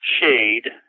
shade